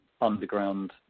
underground